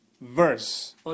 verse